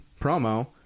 promo